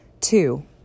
Two